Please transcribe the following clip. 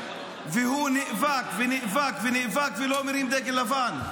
והוא נאבק ונאבק ונאבק ולא מרים דגל לבן.